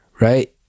right